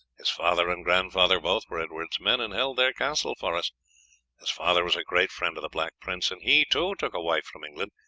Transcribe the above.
his father and grandfather both were edward's men, and held their castle for us his father was a great friend of the black prince, and he, too, took a wife from england.